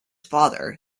father